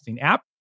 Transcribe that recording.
app